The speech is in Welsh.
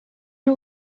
nhw